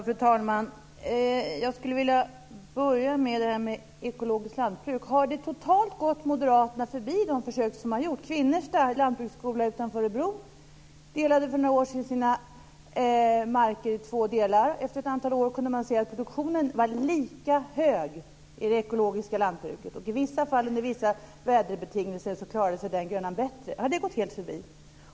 Fru talman! Jag skulle vilja börja med frågan om ekologiskt lantbruk. Har de försök som har gjorts gått moderaterna totalt förbi? Kvinnersta lantbruksskola utanför Örebro delade för några år sedan sina marker i två delar. Efter ett antal år kunde man se att produktionen var lika hög i det ekologiska lantbruket. I vissa fall under vissa värdebetingelser klarade sig den grödan bättre. Har det gått helt förbi?